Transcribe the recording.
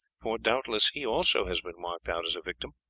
for, doubtless, he also has been marked out as a victim?